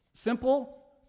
Simple